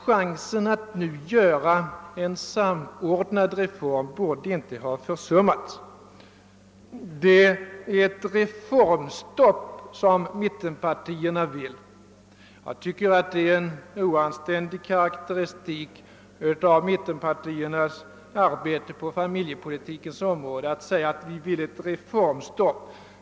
Chansen att nu göra en samordnad reform borde inte ha försuttits. Mittenpartierna vill ha ett reformstopp, sägs det. Jag tycker det är en oanständig karakteristik av mittenpartiernas arbete på familjepolitikens område att påstå att vi vill ha ett reformstopp.